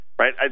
Right